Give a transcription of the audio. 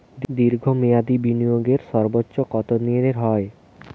দীর্ঘ মেয়াদি বিনিয়োগের সর্বোচ্চ কত দিনের হয়?